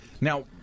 now